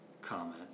comment